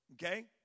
Okay